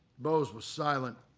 bose was silent.